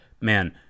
man